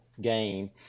game